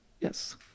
Yes